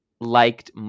liked